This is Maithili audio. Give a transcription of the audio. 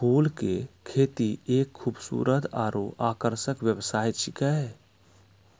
फूल के खेती एक खूबसूरत आरु आकर्षक व्यवसाय छिकै